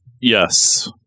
Yes